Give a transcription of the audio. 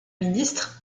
ministre